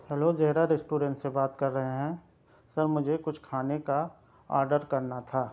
hello Zahra restaurant سے بات کر رہے ہیں سر مجھے کچھ کھانے کا آرڈر کرنا تھا